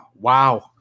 wow